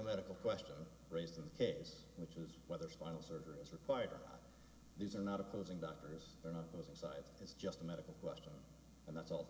a medical question raised in the case which is whether spinal surgery is required or these are not opposing doctors there are those inside it's just a medical question and that's all